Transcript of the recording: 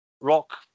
Rock